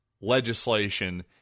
legislation